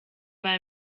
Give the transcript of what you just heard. war